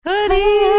Hoodie